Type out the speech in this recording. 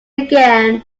again